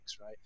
right